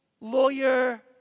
lawyer